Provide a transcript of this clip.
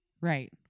Right